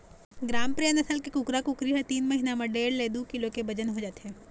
ग्रामप्रिया नसल के कुकरा कुकरी ह तीन महिना म डेढ़ ले दू किलो के बजन हो जाथे